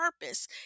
purpose